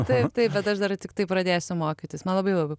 taip taip bet aš dar tiktai pradėsiu mokytis man labai labai